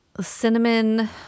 cinnamon